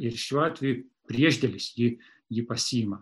ir šiuo atveju priešdėlis jį jį pasiima